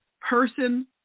person